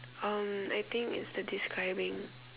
um I think it's the describing